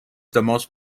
most